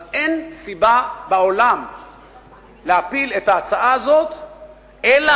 אז אין סיבה בעולם להפיל את ההצעה הזאת אלא